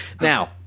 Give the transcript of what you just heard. now